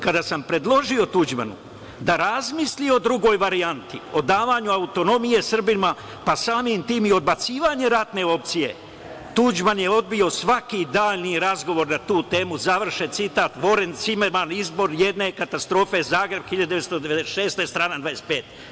Kada sam predložio Tuđmanu da razmisli o drugoj varijanti, o davanju autonomije Srbima, pa samim tim i odbacivanje ratne opcije, Tuđman je odbio svaki dalji razgovor na tu temu.“ Završen citat, Voren Zimerman, „Izbor jedne katastrofe“, Zagreb 1996. godine, strana 25.